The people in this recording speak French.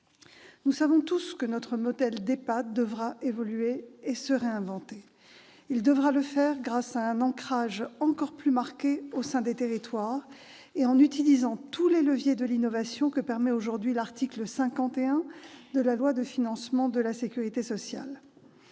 Nous savons tous que notre modèle d'EHPAD devra évoluer et se réinventer. Il devra le faire grâce à un ancrage encore plus marqué au sein des territoires et en utilisant tous les leviers de l'innovation que permet aujourd'hui l'article 51 de la loi de financement de la sécurité sociale.